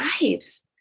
lives